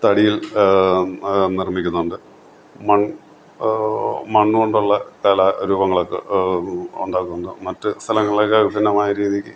തടിയിൽ നിർമിക്കുന്നുണ്ട് മൺ മണ്ണ് കൊണ്ടുള്ള കലാരൂപങ്ങളൊക്കെ ഉണ്ടാക്കുന്നു മറ്റ് സ്ഥലങ്ങളേക്കാൾ വിഭിന്നമായ രീതിക്ക്